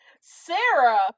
Sarah